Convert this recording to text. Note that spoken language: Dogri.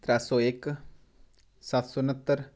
त्रै सौ इक सत्त सौ नह्त्तर